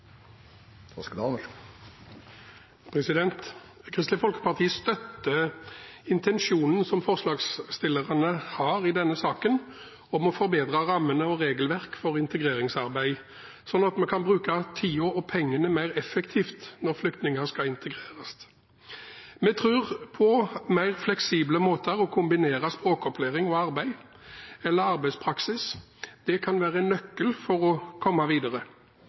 meldinga. Kristelig Folkeparti støtter intensjonen som forslagsstillerne har i denne saken, om å forbedre rammene og regelverket for integreringsarbeidet, slik at vi kan bruke tiden og pengene mer effektivt når flyktninger skal integreres. Vi tror på mer fleksible måter å kombinere språkopplæring og arbeid eller arbeidspraksis på. Det kan være en nøkkel for å